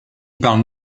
parle